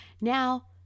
Now